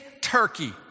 Turkey